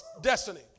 Destiny